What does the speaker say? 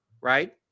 right